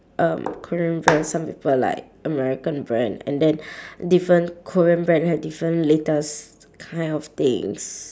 um korean brand some people like american brand and then different korean brand have different latest kind of things